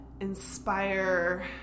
inspire